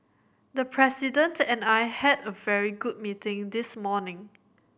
the President and I had a very good meeting this morning